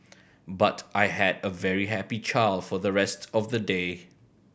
but I had a very happy child for the rest of the day